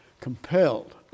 compelled